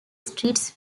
streets